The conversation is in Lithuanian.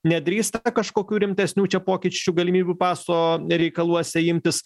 nedrįsta kažkokių rimtesnių čia pokyčių galimybių paso reikaluose imtis